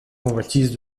convoitises